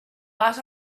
but